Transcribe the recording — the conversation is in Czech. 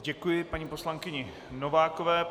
Děkuji paní poslankyni Novákové.